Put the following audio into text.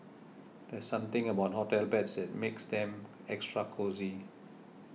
there's something about hotel beds that makes them extra cosy